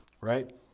right